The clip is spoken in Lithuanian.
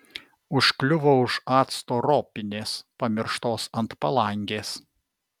užkliuvo už acto ropinės pamirštos ant palangės